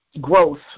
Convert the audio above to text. growth